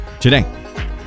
today